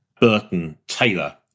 Burton-Taylor